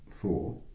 four